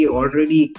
already